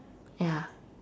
ya